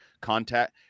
contact